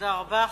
תודה רבה.